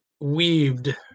weaved